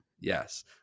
yes